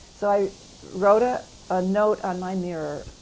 so i wrote a ah note on my mirror,